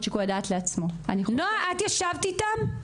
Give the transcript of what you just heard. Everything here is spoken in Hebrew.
שיקול הדעת לעצמו --- נועה את ישבת איתם.